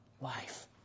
life